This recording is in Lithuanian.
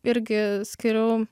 irgi skiriu